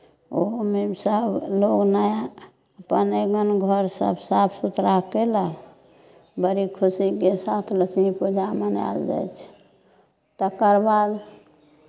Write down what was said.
ओहोमे सभ लोग नया अपन आङ्गन घर सभ साफ सुथरा कयलक बड़ी खुशीके साथ लक्ष्मी पूजा मनायल जाइ छै तकरबाद